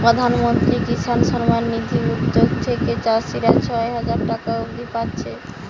প্রধানমন্ত্রী কিষান সম্মান নিধি উদ্যগ থিকে চাষীরা ছয় হাজার টাকা অব্দি পাচ্ছে